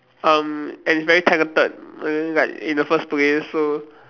um and is very talented like in the first place so